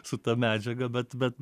su ta medžiaga bet bet